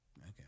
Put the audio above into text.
Okay